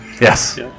Yes